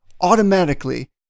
automatically